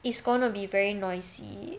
it's gonna be very noisy